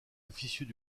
officieux